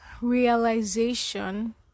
realization